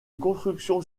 construction